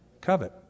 Covet